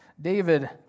David